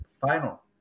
final